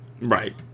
Right